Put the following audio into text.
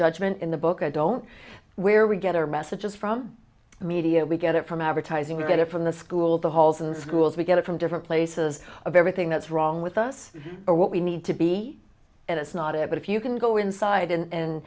judgment in the book i don't where we get our messages from the media we get it from advertising we get it from the school the halls of the schools we get it from different places of everything that's wrong with us or what we need to be and it's not it but if you can go inside and